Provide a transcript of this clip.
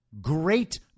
great